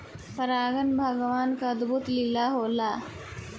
परागन भगवान के अद्भुत लीला होला